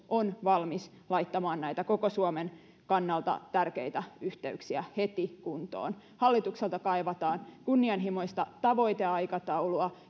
on valmis laittamaan näitä koko suomen kannalta tärkeitä yhteyksiä heti kuntoon hallitukselta kaivataan kunnianhimoista tavoiteaikataulua